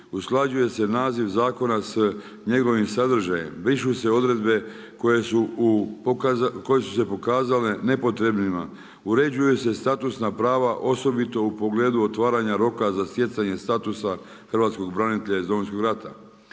usklađuje se naziv zakona s njegovim sadržajem, brišu se odredbe koje su se pokazale nepotrebnima, uređuje se statusna prava osobito u pogledu otvaranja roka za stjecanje statusa hrvatskog branitelja iz Domovinskog rata.